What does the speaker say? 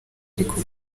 ariko